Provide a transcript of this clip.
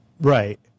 right